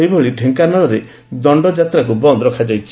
ସେହିଭଳି ଢ଼େଙ୍କାନାଳରେ ଦଣ୍ତଯାତ୍ରାକୁ ବନ୍ଦ ରଖାଯାଇଛି